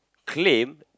claim